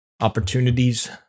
opportunities